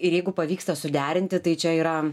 ir jeigu pavyksta suderinti tai čia yra